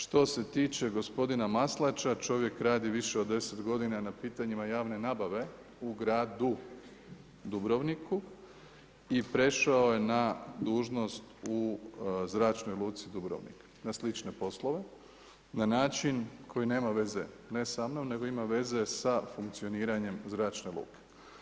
Što se tiče gospodina Maslača, čovjek radi više od 10 godina na pitanjima javne nabave u gradu Dubrovniku i prešao je na dužnost u Zračnoj luci Dubrovnik, na slične poslove na način koji nema veze ne samnom, nego ima veze sa funkcioniranjem zračne luke.